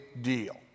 deal